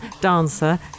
dancer